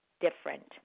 different